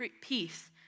peace